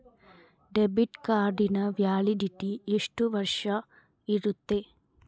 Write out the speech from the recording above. Debit ಕಾರ್ಡಿನ validity ಎಷ್ಟು ವರ್ಷ ಇರುತ್ತೆ?